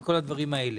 כל הדברים האלה.